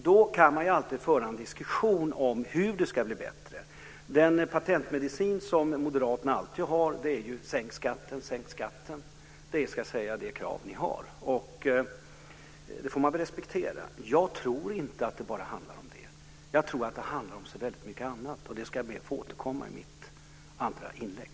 Då kan man alltid föra en diskussion om hur det ska bli bättre. Den patentmedicin som Moderaterna alltid har är: Sänk skatten, sänk skatten! Det är det krav ni har, och det får man väl respektera. Jag tror inte att det bara handlar om det. Jag tror att det handlar om så väldigt mycket annat, och det ska jag be att få återkomma till i nästa inlägg.